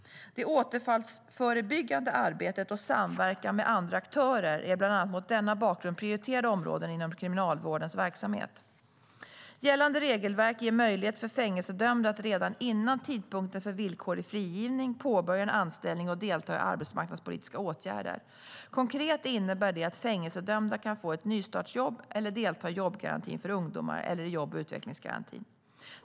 Det återfallsförebyggande arbetet och samverkan med andra aktörer är bland annat mot denna bakgrund prioriterade områden inom Kriminalvårdens verksamhet. Gällande regelverk ger möjlighet för fängelsedömda att redan före tidpunkten för villkorlig frigivning påbörja en anställning och delta i arbetsmarknadspolitiska åtgärder. Konkret innebär det att fängelsedömda kan få ett nystartsjobb eller delta i jobbgarantin för ungdomar eller i jobb och utvecklingsgarantin.